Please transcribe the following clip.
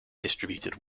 distributed